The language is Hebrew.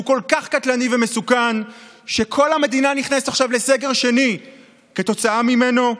שהוא כל כך קטלני ומסוכן שכל המדינה נכנסת עכשיו לסגר שני כתוצאה ממנו?